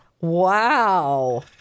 Wow